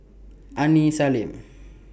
Aini Salim